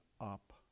up